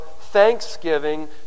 thanksgiving